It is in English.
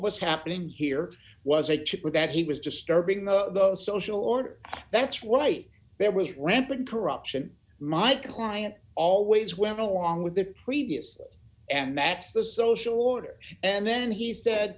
was happening here was a chipper that he was disturbing the social order that's right there was rampant corruption my client always went along with the previous and that's the social order and then he said